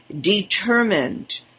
determined